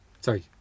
Sorry